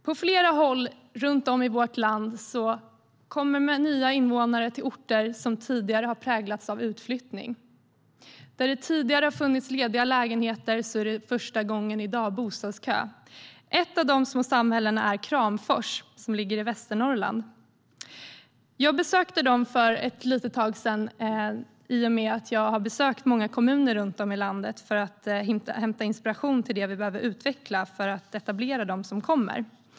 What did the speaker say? På flera håll runt om i vårt land kommer nya invånare till orter som tidigare har präglats av utflyttning. Där det tidigare har funnits lediga lägenheter är det för första gången bostadskö. Ett av dessa små samhällen är Kramfors, som ligger i Västernorrlands län. Jag besökte dem för ett litet tag sedan, liksom jag har besökt många andra kommuner runt om i landet för att hämta inspiration till det vi behöver utveckla för att etablera dem som kommer.